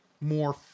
more